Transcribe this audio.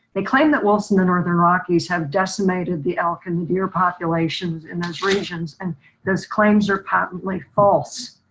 they claim that wilson the northern rockies have decimated the elk and and deer populations in those regions. and those claims are patently false.